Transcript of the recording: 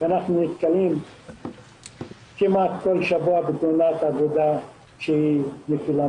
אנחנו נתקלים כמעט בכל שבוע בתאונת עבודה של נפילה